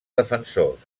defensors